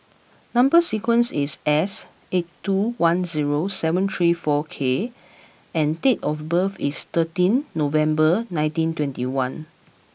number sequence is S eight two one zero seven three four K and date of birth is thirteenth November nineteen twenty one